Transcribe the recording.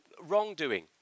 Wrongdoing